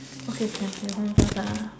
okay can you hold on first ah